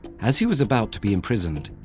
as he was about to be imprisoned,